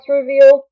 reveal